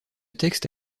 texte